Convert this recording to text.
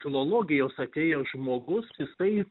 filologijos atėjęs žmogus jisai